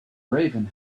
raven